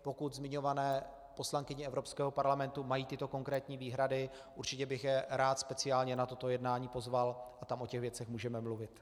Pokud zmiňované poslankyně Evropského parlamentu mají tyto konkrétní výhrady, určitě bych je rád speciálně na toto jednání pozval a tam o těch věcech můžeme mluvit.